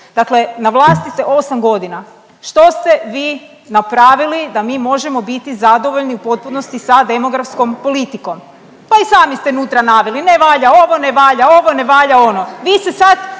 Dakle, na vlasti ste 8 godina što ste vi napravili da možemo mi biti zadovoljni u potpunosti sa demografskom politikom, pa i sami ste nutra naveli ne valja ovo, ne valja ovo, ne valja ono. Vi se sad